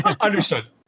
Understood